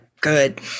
good